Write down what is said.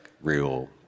real